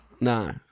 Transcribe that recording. No